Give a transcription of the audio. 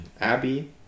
Abby